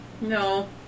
No